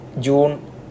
June